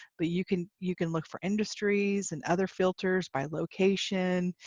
but you can you can look for industries and other filters by location.